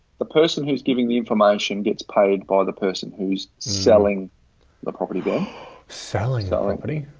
the person who's giving the information gets paid by the person who's selling the property, but selling selling anybody,